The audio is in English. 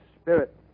Spirit